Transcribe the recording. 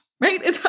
Right